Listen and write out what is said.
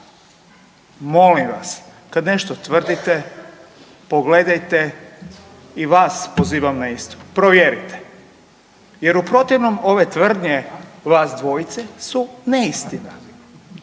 Molim vas, kad nešto tvrdite, pogledajte i vas pozivam na isto. Provjerite. Jer u protivnom, ove tvrdnje vas dvojice su neistina.